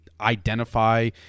identify